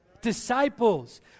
disciples